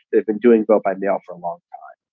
they've been doing vote by mail for a long time